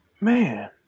man